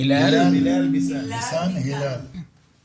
אצלנו במדינה מקדשים